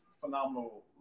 phenomenal